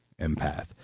empath